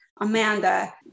Amanda